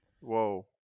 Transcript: Whoa